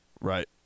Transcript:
Right